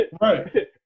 Right